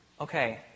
Okay